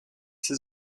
ses